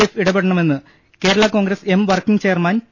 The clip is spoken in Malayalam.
എഫ് ഇടപെടണമെന്ന് Kerala Congress M working chairman P